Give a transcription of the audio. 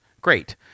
great